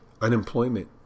unemployment